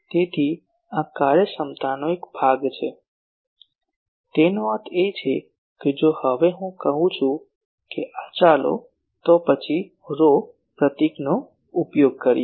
તેથી આ કાર્યક્ષમતાનો એક ભાગ છે તેનો અર્થ એ કે જો હવે હું કહું છું કે આ ચાલો તો પછી ρ પ્રતીકનો ઉપયોગ કરીએ